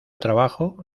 trabajo